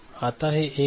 आता हे 1 आहे